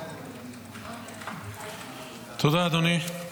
תודה, אדוני.